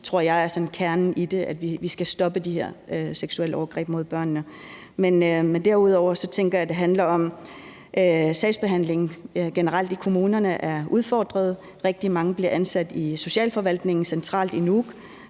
tror jeg sådan er kernen i at vi skal stoppe de her seksuelle overgreb mod børnene. Men derudover tænker jeg, at det handler om, at sagsbehandlingen i kommunerne generelt er udfordret. Rigtig mange bliver ansat i socialforvaltningen centralt i Nuuk,